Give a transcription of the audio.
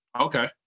Okay